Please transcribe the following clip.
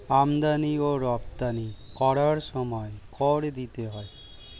আমদানি ও রপ্তানি করার সময় কর দিতে হয়